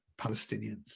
Palestinians